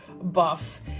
buff